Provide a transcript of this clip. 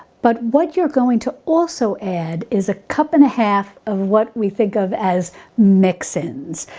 but what you're going to also add is a cup and a half of what we think of as mix-ins.